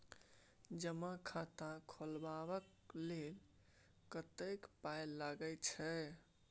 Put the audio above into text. जमा खाता खोलबा लेल कतेक पाय लागय छै